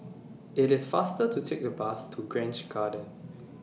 IT IS faster to Take The Bus to Grange Garden